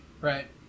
Right